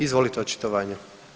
Izvolite očitovanje.